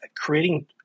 creating